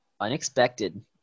unexpected